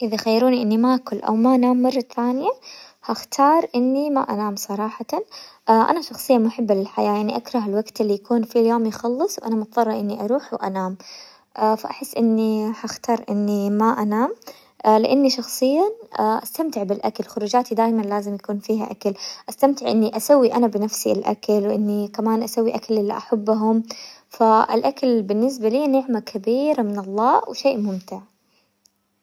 اذا خيروني اني ما اكل او ما انام مرة ثانية حختار اني ما انام صراحة، انا شخصيا محبة للحياة، يعني اكره الوقت اللي يكون فيه اليوم يخلص وانا مضطرة اني اروح وانام، فاحس اني حختار اني ما انام، لاني شخصيا استمتع بالاكل، خروجاتي دايما لازم يكون فيها اكل، استمتع اني اسوي انا بنفسي الاكل، واني كمان اسوي اكل للي احبهم، فالاكل بالنسبة لي نعمة كبيرة من الله وشيء ممتع.